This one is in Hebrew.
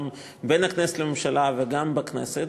בין הכנסת לממשלה וגם בכנסת,